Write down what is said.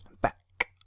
Back